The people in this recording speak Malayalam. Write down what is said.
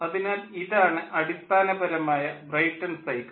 അതിനാൽ ഇതാണ് അടിസ്ഥാനപരമായ ബ്രേയ്ട്ടൺ സൈക്കിൾ